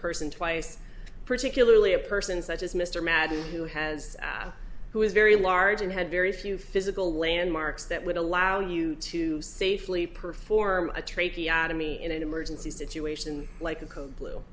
person twice particularly a person such as mr madden who has who is very large and had very few physical landmarks that would allow you to safely perform a tracheotomy in an emergency situation like a code blue